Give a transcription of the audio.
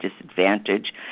disadvantage